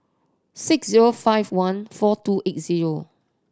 six zero five one four two eight zero